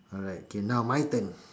alright K now my turn